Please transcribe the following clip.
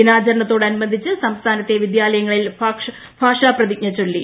ദിനാചരണത്തോടനുബന്ധിച്ച് സംസ്ഥാനത്തെ വിദ്യാലയങ്ങളിൽ ഭാഷാ പ്രതിജ്ഞ ചൊല്ലി